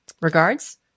Regards